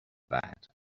that